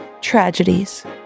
tragedies